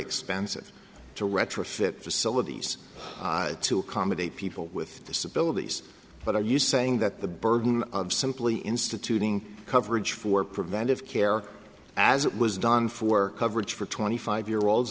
expensive to retrofit facilities to accommodate people with disabilities but are you saying that the burden of simply instituting coverage for preventive care as it was done for coverage for twenty five year olds